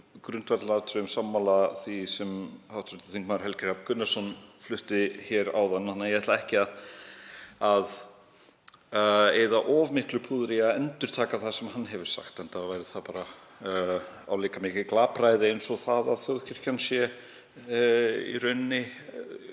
grundvallaratriðum sammála því sem hv. þm. Helgi Hrafn Gunnarsson sagði áðan, þannig að ég ætla ekki að eyða of miklu púðri í að endurtaka það sem hann hefur sagt, enda væri það álíka mikið glapræði og það að þjóðkirkjan sé í rauninni